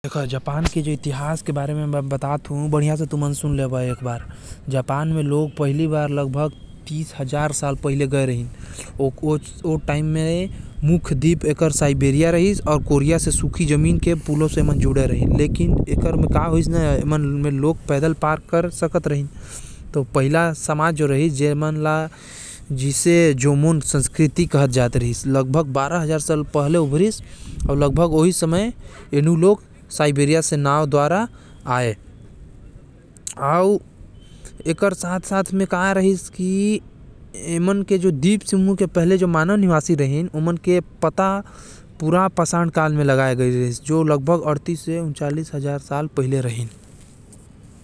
जापान म पहली बार लोग तीस हजार साल पहले आये रहिन। ओ समय एमन के मुख्य द्वीप साइबेरिया रहिस अउ कोरिया पूर्व से ए हर जुड़े रहिस। एकर पहला समाज जोहमन संस्कृति के रहिस अउ बारह हजार साल पहले ओमन उभरे रहिन।